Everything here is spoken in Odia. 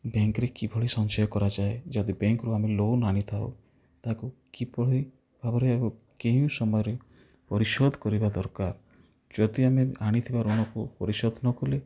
ବ୍ୟାଙ୍କ୍ ରେ କିଭଳି ସଞ୍ଚୟ କରାଯାଏ ଯଦି ବ୍ୟାଙ୍କ୍ ରୁ ଆମେ ଲୋନ୍ ଆଣିଥାଉ ତାକୁ କିପରି ଭାବରେ କେଉଁ ସମୟରେ ପରିଶୋଧ କରିବା ଦରକାର ଯଦି ଆମେ ଆଣିଥିବା ଋଣକୁ ପରିଶୋଧ ନ କଲେ